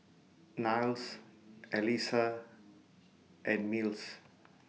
Niles Elissa and Mills